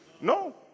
No